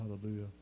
hallelujah